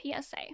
psa